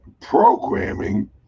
programming